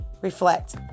Reflect